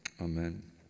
amen